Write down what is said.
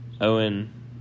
Owen